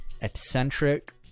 eccentric